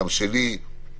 גם שלי,